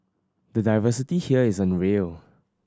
the diversity here is unreal